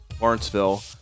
Lawrenceville